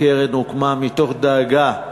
הקרן הוקמה מתוך דאגה,